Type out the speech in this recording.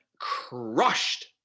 crushed